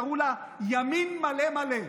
שקראו לה ימין מלא מלא.